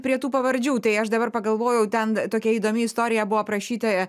prie tų pavardžių tai aš dabar pagalvojau ten tokia įdomi istorija buvo aprašyta